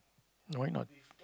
why not